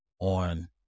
on